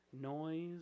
noise